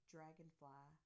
Dragonfly